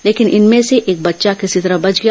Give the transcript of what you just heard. लेकिन इनमें से एक बच्चा किसी तरह बच गया